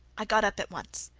i got up at once.